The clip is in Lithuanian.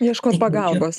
ieškot pagalbos